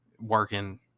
working